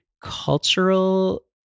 cultural